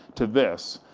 to this.